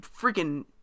freaking